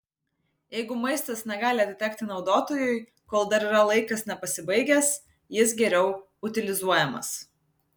jeigu maistas negali atitekti naudotojui kol dar yra laikas nepasibaigęs jis geriau utilizuojamas